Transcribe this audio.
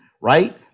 right